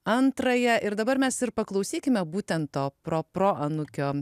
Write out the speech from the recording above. antrąją ir dabar mes ir paklausykime būtent to proproanūkio